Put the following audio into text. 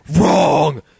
wrong